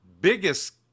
biggest